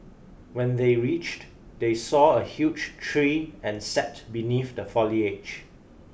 when they reached they saw a huge tree and sat beneath the foliage